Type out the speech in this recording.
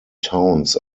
towns